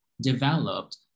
developed